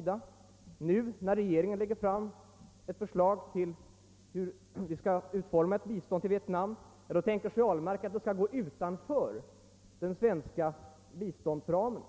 När nu regeringen lägger fram ett förslag om hur vi skall utforma ett bistånd till Vietnam tänker sig herr Ahlmark att det skall gå utanför den svenska biståndsramen.